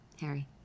Harry